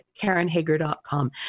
KarenHager.com